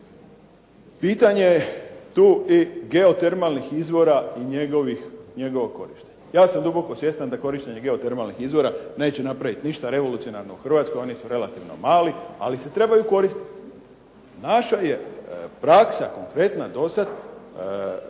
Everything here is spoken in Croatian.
Pitanje je tu i geotermalnih izvora i njegovo korištenje. Ja sam duboko svjestan da korištenje geotermalnih izvora neće napraviti ništa revolucionarno u Hrvatskoj, oni su relativno mali, ali se trebaju koristiti. Naša je praksa konkretna dosad